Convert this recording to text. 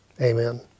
Amen